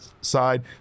side